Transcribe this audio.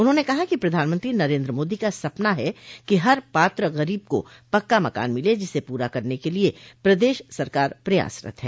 उन्होंने कहा कि प्रधानमंत्री नरेन्द्र मोदी का सपना है कि हर पात्र गरीब को पक्का मकान मिले जिसे पूरा करने के लिये प्रदेश सरकार प्रयासरत है